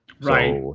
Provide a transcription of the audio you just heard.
Right